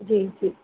जी जी